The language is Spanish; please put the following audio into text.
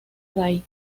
ray